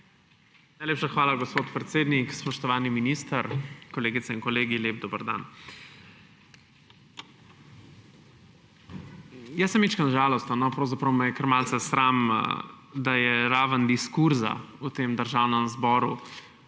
Najlepša hvala, gospod predsednik. Spoštovani minister, kolegice in kolegi, lep dober dan! Jaz sem malo žalosten, pravzaprav me je kar malce sram, da je raven diskurza v Državnem zboru